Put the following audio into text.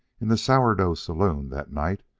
in the sourdough saloon, that night,